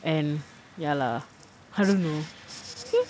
and ya lah I don't know